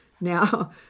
Now